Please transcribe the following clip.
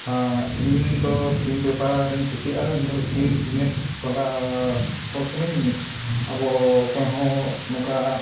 ᱦᱮᱸ ᱤᱧ ᱫᱚ ᱥᱤᱢ ᱵᱮᱯᱟᱨᱤᱧ ᱠᱩᱥᱤᱭᱟᱜᱼᱟ ᱤᱧ ᱫᱚ ᱥᱤᱢ ᱵᱤᱡᱽᱱᱮᱥ ᱵᱟᱞᱟ ᱦᱚᱲ ᱠᱟᱹᱱᱟᱹᱧ ᱟᱵᱚ ᱚᱠᱚᱭ ᱦᱚᱸ ᱱᱚᱝᱠᱟ